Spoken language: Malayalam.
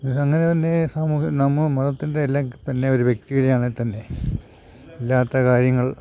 അങ്ങനെ തന്നെ സാമൂഹ്യ നമ്മുടെ മതത്തിൻ്റെ അല്ലെങ്കിൽ തന്നെ ഒരു വ്യക്തീടെ ആണേൽ തന്നെ ഇല്ലാത്ത കാര്യങ്ങൾ